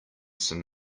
some